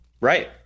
Right